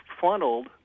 funneled